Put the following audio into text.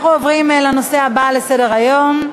אנחנו עוברים לנושא הבא שעל סדר-היום,